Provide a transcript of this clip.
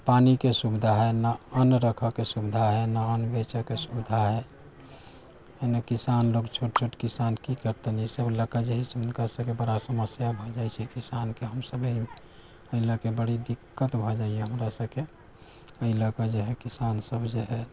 न पानिके सुविधा है न अन्न रखऽके सुविधा है न अन्न बेचैके सुविधा है यानि किसान लोग छोट छोट किसान की करतै तखन ई सभ लकऽ जे है हुनका सभके बड़ा समस्या भऽ जाइ छै किसानके हम सभे एहि लऽ कऽ बड़ी दिक्कत भऽ जाइया हमरा सभके एहि लकऽ जे है किसान सभ जे है